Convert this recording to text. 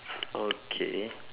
okay